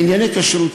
בענייני כשרות,